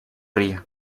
río